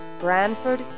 Branford